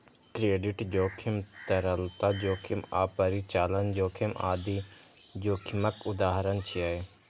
credit जोखिम, तरलता जोखिम आ परिचालन जोखिम आदि जोखिमक उदाहरण छियै